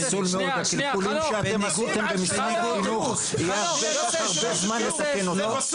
פסול מעודף הקלקולים שאתם עשיתם במשרד החינוך ייקח הרבה זמן לתקן אותם.